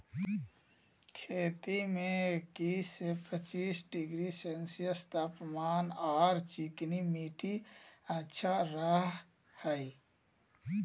खेती में इक्किश से पच्चीस डिग्री सेल्सियस तापमान आर चिकनी मिट्टी अच्छा रह हई